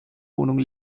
wohnung